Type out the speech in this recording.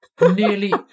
Nearly